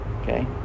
Okay